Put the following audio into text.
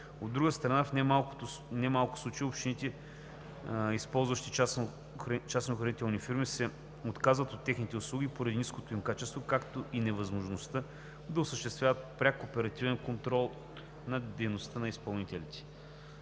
От друга страна, в немалко случаи общини, използващи частни охранителни фирми, се отказват от техните услуги поради ниското им качество, както и невъзможността да осъществяват пряк оперативен контрол над дейността на изпълнителите.